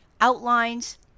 outlines